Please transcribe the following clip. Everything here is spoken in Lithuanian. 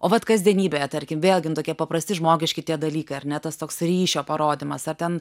o vat kasdienybėje tarkim vėlgi nu tokie paprasti žmogiški tie dalykai ar ne tas toks ryšio parodymas ar ten